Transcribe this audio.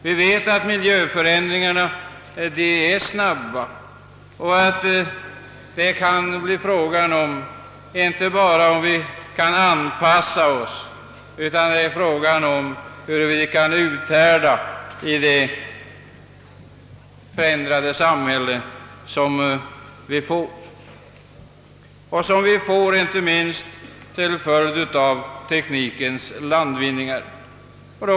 Vi vet att miljöförändringarna sker snabbt och att vi måste inte bara kunna anpassa oss utan också uthärda i det förändrade samhälle som blir en följd inte minst av teknikens landvinningar.